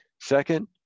Second